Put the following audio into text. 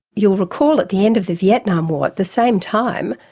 you'll recall at the end of the vietnam war at the same time,